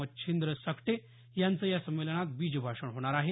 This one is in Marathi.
मच्छिंद्र सकटे यांचं या संमेलनात बीजभाषण होणार आहे